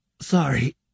Sorry